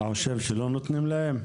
אתה חושב שלא נותנים להם?